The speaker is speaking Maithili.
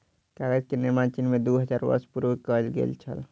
कागज के निर्माण चीन में दू हजार वर्ष पूर्व कएल गेल छल